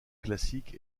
classique